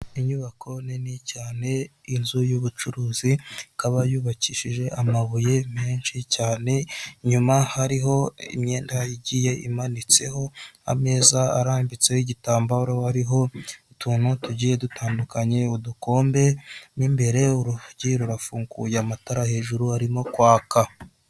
Inyubako nini cyane inzu y'ubucuruzi, ikaba yubakishije amabuye menshi cyane, inyuma hariho imyenda igiye imanitseho, ameza arambitseho igitambaro harihoho utuntu tugiye dutandukanye, udukombe, n'imbere urugi rurafunguye amatara hejuru arimo kwaka.